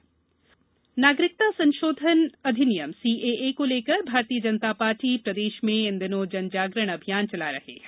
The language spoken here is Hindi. भाजपा सीएए नागरिकता संशोधन अधिनियम सीएए को लेकर भारतीय जनता पार्टी प्रदेश में इन दिनों जनजागरण अभियान चला रहे हैं